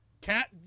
Cat